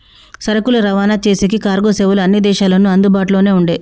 సరుకులు రవాణా చేసేకి కార్గో సేవలు అన్ని దేశాల్లోనూ అందుబాటులోనే ఉండే